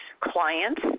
clients